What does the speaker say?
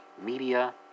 media